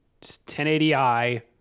1080i